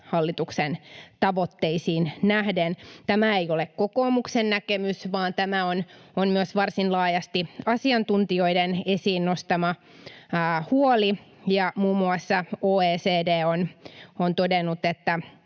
hallituksen tavoitteisiin nähden. Tämä ei ole kokoomuksen näkemys, vaan tämä on myös varsin laajasti asiantuntijoiden esiin nostama huoli, ja muun muassa OECD on todennut, että